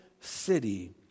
city